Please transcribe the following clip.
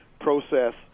process